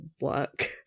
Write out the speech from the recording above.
work